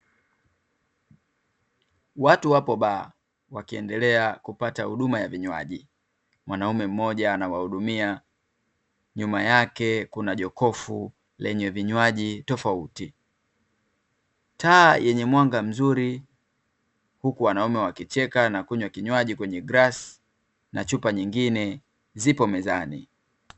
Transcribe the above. Watu wako baa, wakiendelea kupata huduma ya vinywaji, mwanaume mmoja anawahudumia nyuma yake kuna jokofu lenye vinywaji tofauti. Taa yenye mwanga mzuri, huku wanaume wakicheka nakunywa kinywaji kwenye glasi, na chupa nyingine ziko mezani.